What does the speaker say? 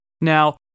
Now